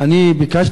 אני ביקשתי